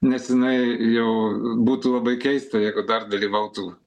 nes jinai jau būtų labai keista jeigu dar dalyvautų